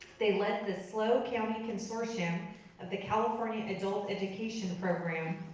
they led the slo county consortium of the californian adult education program,